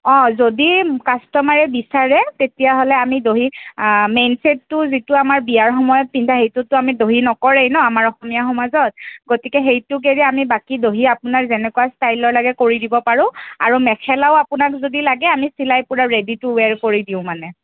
অঁ যদি কাষ্টমাৰে বিচাৰে তেতিয়াহ'লে আমি দহি মেইন চেটটো যিটো আমাৰ বিয়াৰ সময়ত পিন্ধা সেইটোতো আমি দহি নকৰেই ন আমাৰ অসমীয়া সমাজত গতিকে সেইটোক এৰি আমি বাকী দহি আপোনাৰ যেনেকুৱা ষ্টাইলৰ লাগে কৰি দিব পাৰোঁ আৰু মেখেলাও আপোনাক যদি লাগে আমি চিলাই পূৰা ৰেডি টু ৱেৰ কৰি দিওঁ মানে